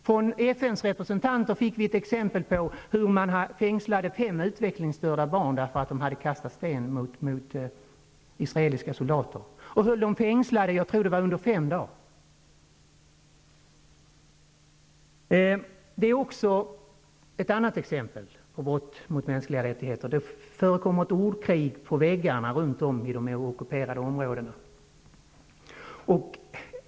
Från FN:s representanter fick vi exempel på att man fängslade fem utvecklingsstörda barn därför att de kastat sten på israeliska soldater, och man höll dem fängslade i jag tror fem dagar. Det sker också andra brott mot de mänskliga rättigheterna. Det förekommer ordkrig på väggarna runt om i de ockuperade områdena.